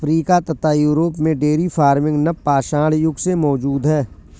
Africa तथा Europe में dairy farming नवपाषाण युग से मौजूद है